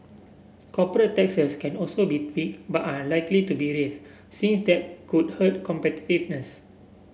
corporate taxes can also be tweaked but are unlikely to be raised since that could hurt competitiveness